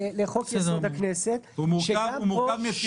הוא מורכב מהסכמים